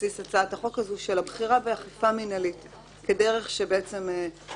בבסיס הצעת החוק הזאת של הבחירה באכיפה מנהלית כדרך שבוחרים